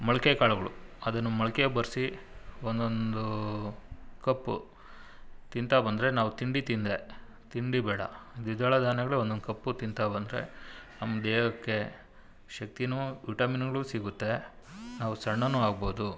ಮೊಳಕೆ ಕಾಳುಗಳು ಅದನ್ನು ಮೊಳಕೆ ಬರಿಸಿ ಒಂದೊಂದು ಕಪ್ ತಿಂತಾ ಬಂದರೆ ನಾವು ತಿಂಡಿ ತಿಂದರೆ ತಿಂಡಿ ಬೇಡ ದ್ವಿದಳ ಧಾನ್ಯಗಳೇ ಒಂದೊಂದು ಕಪ್ಪು ತಿಂತಾ ಬಂದರೆ ನಮ್ಮ ದೇಹಕ್ಕೆ ಶಕ್ತಿ ವಿಟಮಿನ್ಗಳೂ ಸಿಗುತ್ತೆ ನಾವು ಸಣ್ಣ ಆಗ್ಬೋದು